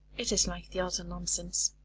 it is like the other nonsense.